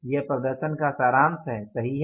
यह प्रदर्शन का सारांश है सही है